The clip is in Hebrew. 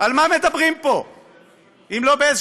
אבל בעצם